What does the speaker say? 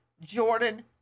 Jordan